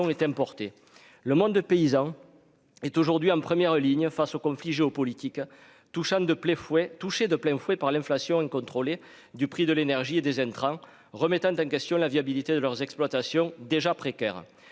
est emporté le monde de paysans est aujourd'hui en première ligne face aux conflits géopolitiques touchant de plein fouet, touché de plein fouet par l'inflation incontrôlée du prix de l'énergie et des intrants, remettant en question la viabilité de leurs exploitations, déjà précaire